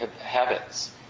habits